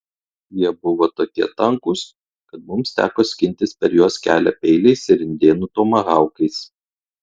jie buvo tokie tankūs kad mums teko skintis per juos kelią peiliais ir indėnų tomahaukais